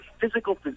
physical